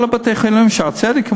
"שערי צדק",